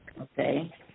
Okay